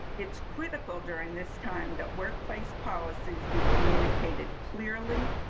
it's critical during this time that workplace policies be communicated clearly,